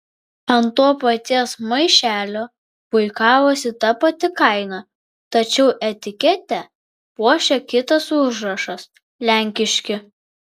ant to paties maišelio puikavosi ta pati kaina tačiau etiketę puošė kitas užrašas lenkiški